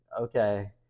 okay